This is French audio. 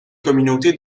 communautés